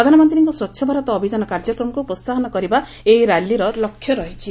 ପ୍ରଧାନମନ୍ତ୍ରୀ ସ୍ୱଚ୍ଛ ଭାରତ ଅଭିଯାନ କାର୍ଯ୍ୟକ୍ରମକୁ ପ୍ରୋହାହନ କରିବା ଏହି ର୍ୟାଲିର ଲକ୍ଷ୍ୟ ରହିଛି